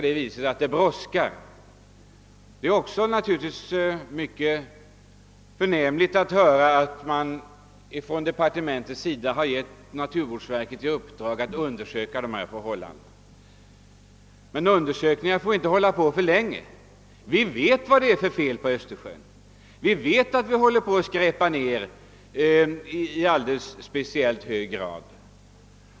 Det är naturligtvis mycket tacknämligt att få höra att departementet gett naturvårdsverket i uppdrag att undersöka förhållandena i Östersjön, men undersökningen får inte dra ut för länge på tiden. Vi vet vad det är för fel på Östersjön. Vi känner till att vi skräpar ner dess vatten i alltför hög grad.